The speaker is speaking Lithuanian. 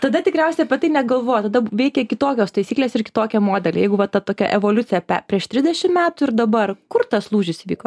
tada tikriausiai apie tai negalvojot tada veikė kitokios taisyklės ir kitokie modeliai jeigu va ta tokia evoliucija prieš trisdešimt metų ir dabar kur tas lūžis įvyko